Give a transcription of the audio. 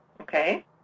Okay